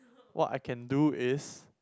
what I can do is